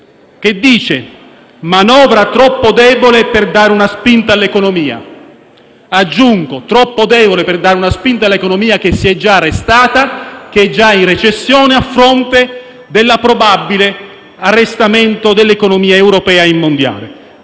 che la manovra è troppo debole per dare una spinta all'economia; aggiungo: troppo debole per dare una spinta all'economia che si è già arrestata, che è già in recessione a fronte del probabile arresto dell'economia europea e mondiale.